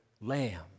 lamb